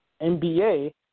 NBA